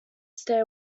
stay